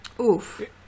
Oof